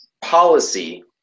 policy